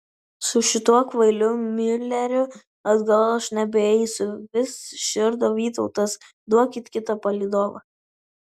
su šituo kvailiu miuleriu atgal aš nebeisiu vis širdo vytautas duokit kitą palydovą